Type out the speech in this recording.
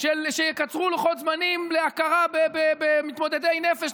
שיקצרו לוחות זמנים להכרה במתמודדי נפש,